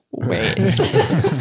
wait